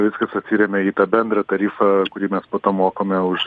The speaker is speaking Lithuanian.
viskas atsiremia į tą bendrą tarifą kurį mes mokame už